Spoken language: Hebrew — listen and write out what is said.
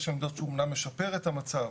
יש עמדות שאמנם משפר את המצב,